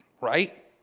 right